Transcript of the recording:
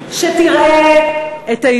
אם תעשה את זה היא תהיה האחרונה.